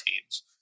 teams